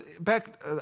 back